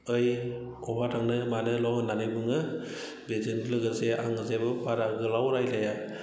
ओइ बहा थांनो मानोल' होननानै बुङो बेजों लोगोसे आं जेबो बारा गोलाव रायज्लाया